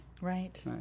right